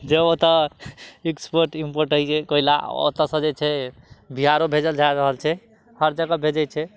जे ओतऽ export import होइया कोइ ला ओतऽ सँ जे छै बिहारो भेजल जा रहल छै हर जगह भेजै छै